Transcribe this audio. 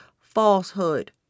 falsehood